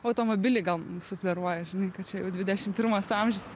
automobilai gal sufleruoja žinai kad čia jau dvidešim pirmas amžius